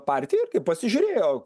partir pasižiūrėjo